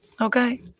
Okay